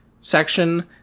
section